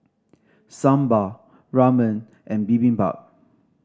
Sambar Ramen and Bibimbap